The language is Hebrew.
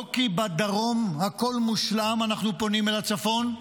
לא כי בדרום הכול מושלם אנחנו פונים אל הצפון,